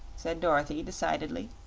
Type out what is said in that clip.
said dorothy, decidedly.